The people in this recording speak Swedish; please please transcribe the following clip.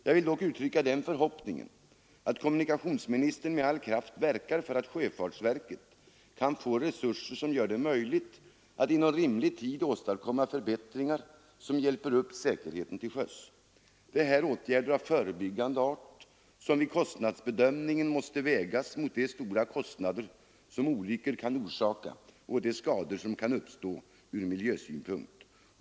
Jag vill dock uttrycka den förhoppningen att kommunikationsministern med all kraft verkar för att sjöfartsverket kan få resurser som gör det möjligt att inom rimlig tid åstadkomma förbättringar som hjälper upp säkerheten till sjöss. Det gäller här åtgärder av förebyggande art, som vid kostnadsbedömningen måste vägas mot de stora kostnader som olyckor kan orsaka och de skador som kan uppstå ur miljösynpunkt.